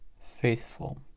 faithful